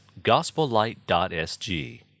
gospellight.sg